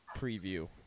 preview